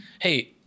hey